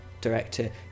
director